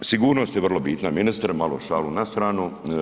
A sigurnost je vrlo bitna, ministre, malo šalu na stranu.